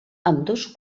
ambdós